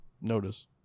notice